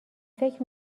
فکر